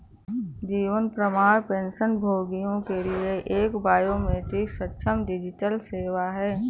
जीवन प्रमाण पेंशनभोगियों के लिए एक बायोमेट्रिक सक्षम डिजिटल सेवा है